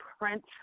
print